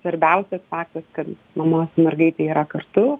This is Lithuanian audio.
svarbiausias faktas kad mama su mergaite yra kartu